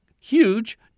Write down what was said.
huge